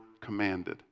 commanded